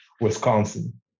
Wisconsin